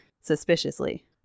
Suspiciously